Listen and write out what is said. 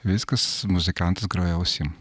viskas muzikantas groja ausim